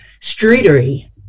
Streetery